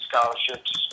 scholarships